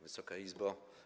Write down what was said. Wysoka Izbo!